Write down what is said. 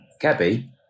Gabby